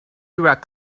rak